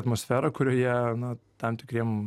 atmosferą kurioje na tam tikriem